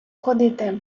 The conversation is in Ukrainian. ходити